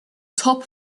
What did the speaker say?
top